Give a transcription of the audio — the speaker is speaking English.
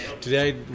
today